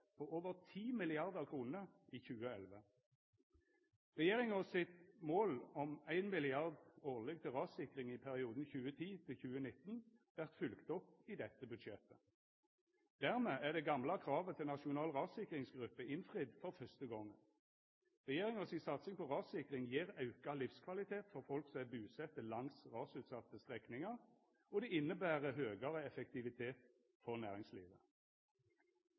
for over 10 mrd. kr i 2011. Regjeringa sitt mål om 1 mrd. kr årleg til rassikring i perioden 2010–2019 vert følgt opp i dette budsjettet. Dermed er det gamle kravet til Nasjonal rassikringsruppe innfridd for første gong. Regjeringa si satsing på rassikring gjev auka livskvalitet for folk som er busette langs rasutsette strekningar, og det inneber høgare effektivitet for næringslivet.